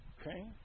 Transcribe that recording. Okay